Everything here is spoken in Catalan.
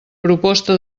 proposta